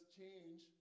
change